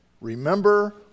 remember